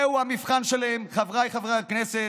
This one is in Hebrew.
זהו המבחן שלכם, חבריי חברי הכנסת,